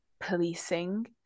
policing